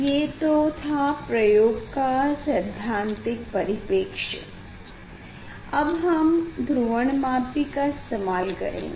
ये तो था प्रयोग का सैधान्तिक परिपेक्ष्य अब हम ध्रुवणमापी का इस्तेमाल करेंगे